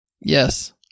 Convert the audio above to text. Yes